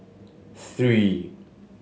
three